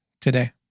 today